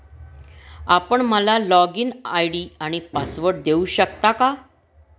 आपण मला login ID आणि पासवर्ड देऊ शकता का?